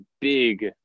big –